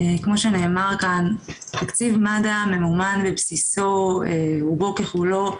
כמו שנאמר כאן תקציב מד"א ממומן בבסיסו רובו ככולו,